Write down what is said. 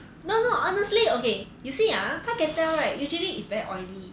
no no honestly okay you see ah fried kway teow right usually it's very oily